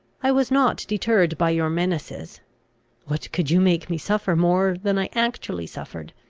i was not deterred by your menaces what could you make me suffer more than i actually suffered?